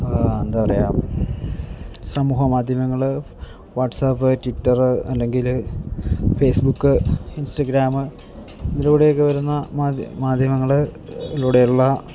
എന്താ പറയുക സമൂഹ മാധ്യമങ്ങൾ വാട്സാപ്പ് ട്വിറ്റർ അല്ലെങ്കിൽ ഫേസ്ബുക്ക് ഇൻസ്റ്റാഗ്രാം ഇതിലൂടെയൊക്കെ വരുന്ന മാധ്യമങ്ങൾ ലൂടെയുള്ള